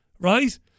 right